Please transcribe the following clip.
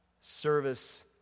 service